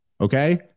Okay